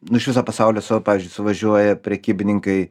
nu iš viso pasaulio su pavyzdžiui suvažiuoja prekybininkai